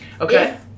Okay